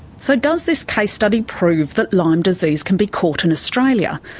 so does this case study prove that lyme disease can be caught in australia?